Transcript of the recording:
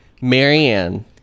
Marianne